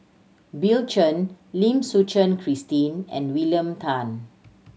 Bill Chen Lim Suchen Christine and William Tan